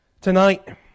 Tonight